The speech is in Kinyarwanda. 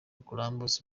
columbus